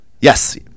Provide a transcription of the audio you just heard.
Yes